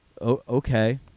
okay